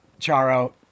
Charo